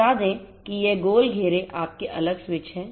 बता दें कि ये गोल घेरे आपके अलग स्विच हैं